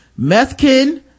Methkin